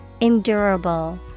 Endurable